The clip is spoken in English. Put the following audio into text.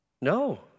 No